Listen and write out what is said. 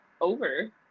over